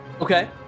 Okay